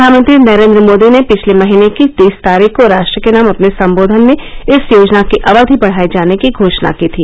प्रधानमंत्री नरेंद्र मोदी ने पिछले महीने की तीस तारीख को राष्ट्र के नाम अपने संबोधन में इस योजना की अवधि बढ़ाये जाने की घोषणा की थी